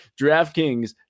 DraftKings